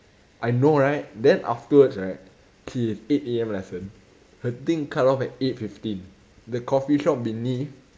I know right then afterwards right she has eight A_M lesson her thing cut off at eight fifteen the coffee shop beneath